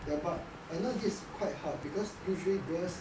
ya but I know this quite hard because usually girls